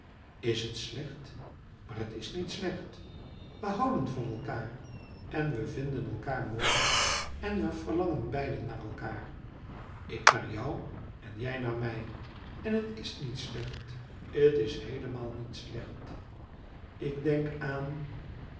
is het slecht maar het is niet slecht we houden van elkaar en we vinden elkaar mooi en we verlangen beiden naar elkaar ik naar jou en jij naar mij en het is niet slecht het is heelemaal niet slecht ikdenkaan aan wat denk je aan